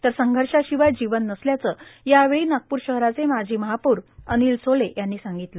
तर संघर्षाशिवाय जीवन नसल्याचं यावेळी नागपूर शहराचे माजी महापौर अनिल सोले यांनी सांगितलं